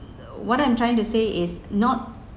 what I'm trying to say is not